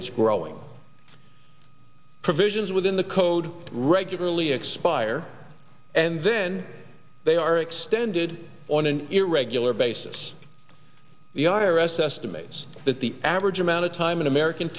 its growing provisions within the code regularly expire and then they are extended on an irregular basis the i r s estimates that the average amount of time an american